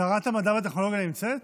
שרת המדע והטכנולוגיה נמצאת?